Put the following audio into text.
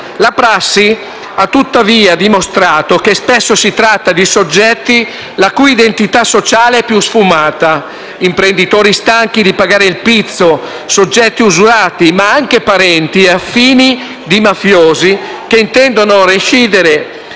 La prassi ha tuttavia dimostrato che spesso si tratta di soggetti la cui identità sociale è più sfumata: imprenditori stanchi di pagare il pizzo, soggetti usurati, ma anche parenti e affini di mafiosi che intendono recidere